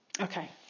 Okay